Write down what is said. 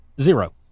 Zero